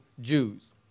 Jews